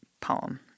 poem